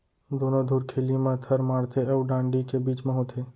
दुनो धुरखिली म थर माड़थे अउ डांड़ी के बीच म होथे